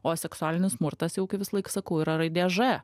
o seksualinis smurtas jau kai visąlaik sakau yra raidė ž